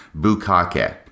bukake